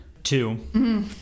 two